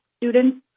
students